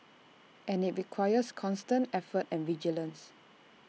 and IT requires constant effort and vigilance